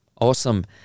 Awesome